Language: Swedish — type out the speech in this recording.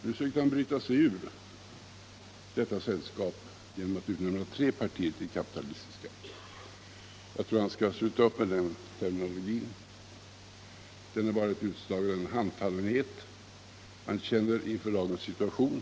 Nu sökte han bryta sig ur detta sällskap genom att utnämna tre partier till kapitalistiska. Jag tror att han bör sluta upp med den terminologin. Den är bara ett utslag av den handfallenhet han känner inför dagens situation.